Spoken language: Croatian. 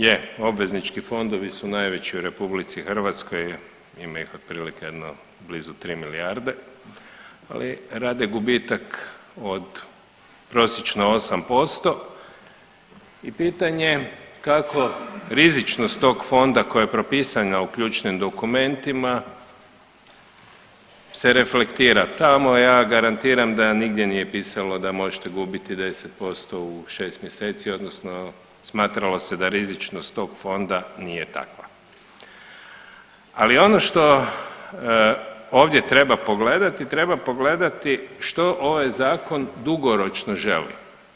Je, obveznički fondovi su najveći u RH, ima ih otprilike jedno blizu 3 milijarde, ali rade gubitak od prosječno 8% i pitanje je kako rizičnost tog fonda koja je propisana u ključnim dokumentima se reflektira, tamo ja garantiram da nigdje nije pisalo da možete gubiti 10% u 6 mjeseci odnosno smatralo se da rizičnost tog fonda nije takva, ali ono što ovdje treba pogledati treba pogledati što ovaj zakon dugoročno želi.